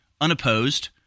unopposed